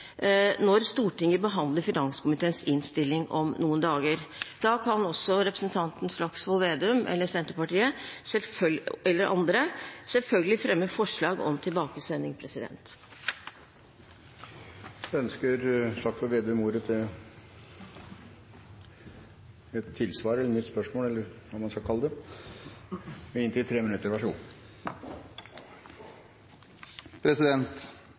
når Stortinget behandler finanskomiteens innstilling om noen dager. Da kan også representanten Slagsvold Vedum og Senterpartiet, eller andre, selvfølgelig fremme forslag om tilbakesending.